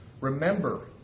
Remember